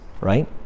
right